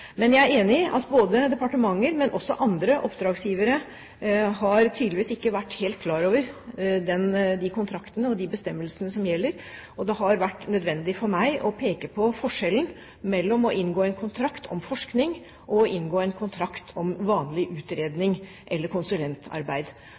Men jeg er enig i at både departementer og andre oppdragsgivere tydeligvis ikke har vært helt klar over de kontraktene og bestemmelsene som gjelder, og det har vært nødvendig for meg å peke på forskjellen mellom å inngå en kontrakt om forskning, og å inngå en kontrakt om vanlig